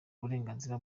uburenganzira